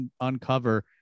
uncover